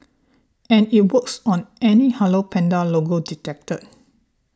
and it works on any Hello Panda logo detected